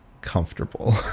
comfortable